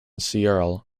searle